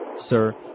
sir